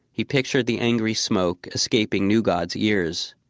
he pictured the angry smoke escaping new god's ears.